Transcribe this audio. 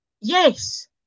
Yes